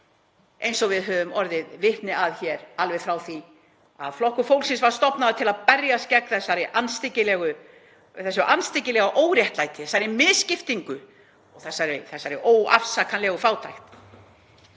eins og við höfum orðið vitni að hér, alveg frá því að Flokkur fólksins var stofnaður til að berjast gegn þessu andstyggilega óréttlæti, þessari misskiptingu og þessari óafsakanlegu fátækt.